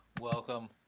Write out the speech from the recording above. welcome